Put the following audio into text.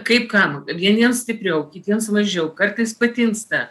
kaip kam vieniems stipriau kitiems mažiau kartais patinsta